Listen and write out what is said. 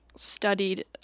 studied